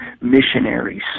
missionaries